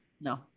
no